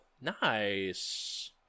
nice